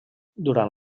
durant